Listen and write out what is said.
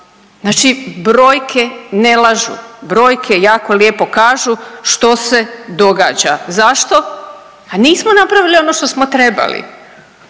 Znači brojke ne lažu, brojke jako lijepo kažu što se događa, zašto? Pa nismo napravili ono što smo trebali.